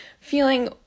feeling